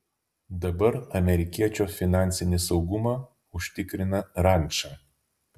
dabar amerikiečio finansinį saugumą užtikrina ranča